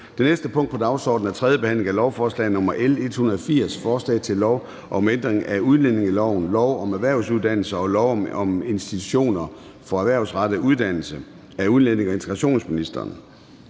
Det næste punkt på dagsordenen er: 20) 3. behandling af lovforslag nr. L 180: Forslag til lov om ændring af udlændingeloven, lov om erhvervsuddannelser og lov om institutioner for erhvervsrettet uddannelse. (Ny opholdsordning